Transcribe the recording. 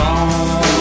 on